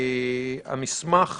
המסמך